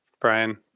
Brian